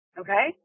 Okay